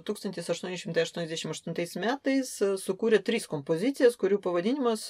tūkstantis aštuoni šimtai aštuoniasdešim aštuntais metais sukūrė tris kompozicijas kurių pavadinimas